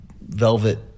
velvet